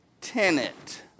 tenant